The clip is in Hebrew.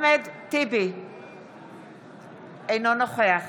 אינו נוכח